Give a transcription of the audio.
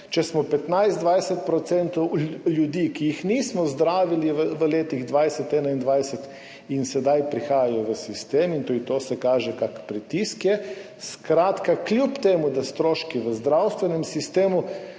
če smo 15, 20 % ljudi, ki jih nismo zdravili v letih 2020, 2021 in sedaj prihajajo v sistem, tudi to se kaže, kak pritisk je. Skratka, kljub temu, da stroški v zdravstvenem sistemu